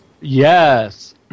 Yes